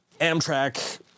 Amtrak